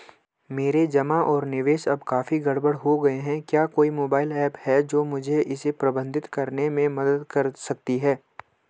मेरे जमा और निवेश अब काफी गड़बड़ हो गए हैं क्या कोई मोबाइल ऐप है जो मुझे इसे प्रबंधित करने में मदद कर सकती है?